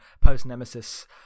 post-Nemesis